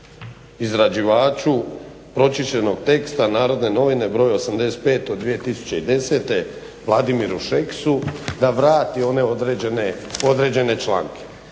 izrađivaču pročišćenog teksta NN br. 85/2010. Vladimiru Šeksu da vrati one određene članke.